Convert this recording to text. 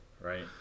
right